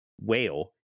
whale